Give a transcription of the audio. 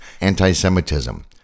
anti-Semitism